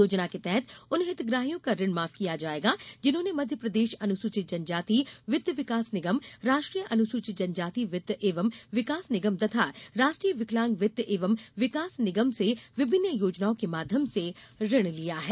योजना के तहत उन हितग्राहियों का ऋण माफ किया जायेगा जिन्होंने मध्यप्रदेश अनुसूचित जनजाति वित्त विकास निगम राष्ट्रीय अनुसूचित जनजाति वित्त एवं विकास निगम तथा राष्ट्रीय विकलांग वित्त एवं विकास निगम से विभिन्न योजनाओं के माध्यम से ऋण लिया है